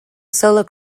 solo